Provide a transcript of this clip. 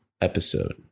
episode